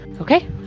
Okay